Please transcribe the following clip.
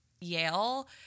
Yale